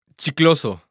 chicloso